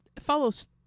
follows